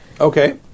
Okay